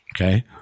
Okay